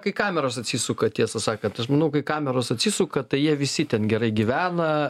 kai kameros atsisuka tiesą sakant aš manau kai kameros atsisuka tai jie visi ten gerai gyvena